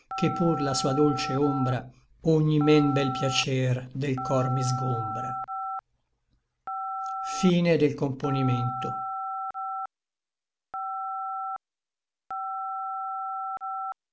ché pur la sua dolce ombra ogni men bel piacer del cor mi sgombra se